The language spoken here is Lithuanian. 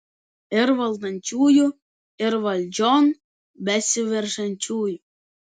ir valdančiųjų ir valdžion besiveržiančiųjų